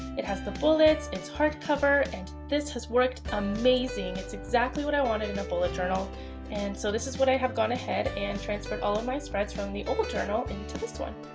it has the bullets, it's hardcover, and this has worked amazing! it's exactly what i wanted in a bullet journal and so this is what i have gone ahead and transferred all of my spreads from the old journal into this one.